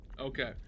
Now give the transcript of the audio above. Okay